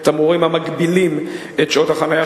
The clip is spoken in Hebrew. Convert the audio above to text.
עד עכשיו